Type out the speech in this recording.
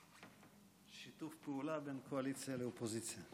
שיתוף פעולה בין קואליציה לאופוזיציה.